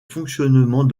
fonctionnement